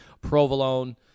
provolone